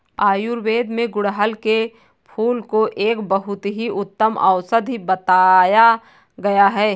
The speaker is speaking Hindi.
आयुर्वेद में गुड़हल के फूल को एक बहुत ही उत्तम औषधि बताया गया है